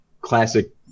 classic